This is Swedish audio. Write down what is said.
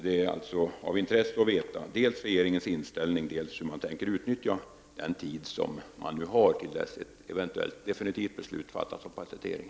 Det är alltså av intresse att få veta dels regeringens inställning, dels hur man tänker utnyttja den tid som finns till dess ett eventuellt definitivt beslut fattas om patentering.